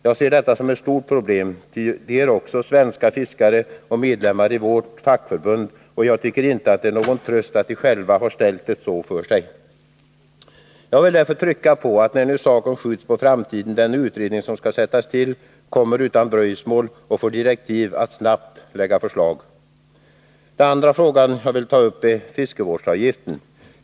Jag ser detta som ett stort problem, ty de är också svenska fiskare och medlemmar i vårt fackförbund, och jag tycker inte att det är någon tröst att de själva har ställt det så för sig. Jag vill därför trycka på, när nu saken skjuts på framtiden, att den utredning som skall sättas till bör komma utan dröjsmål och får direktiv att snabbt lägga fram förslag. Den andra frågan jag vill ta upp är fiskevårdsavgiften.